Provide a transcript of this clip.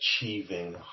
achieving